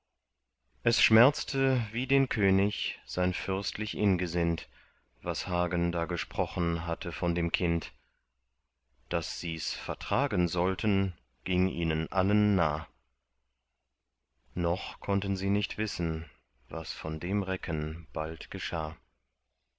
es schmerzte wie den könig sein fürstlich ingesind was hagen da gesprochen hatte von dem kind daß sies vertragen sollten ging ihnen allen nah noch konnten sie nicht wissen was von dem recken bald geschah